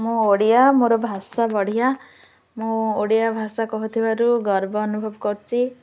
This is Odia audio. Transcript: ମୁଁ ଓଡ଼ିଆ ମୋର ଭାଷା ବଢ଼ିଆ ମୁଁ ଓଡ଼ିଆ ଭାଷା କହୁଥିବାରୁ ଗର୍ବ ଅନୁଭବ କରୁଛି